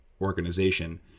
organization